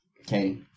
Okay